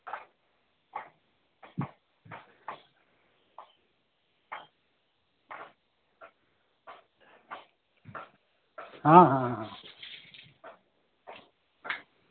हाँ हाँ हाँ